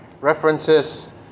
references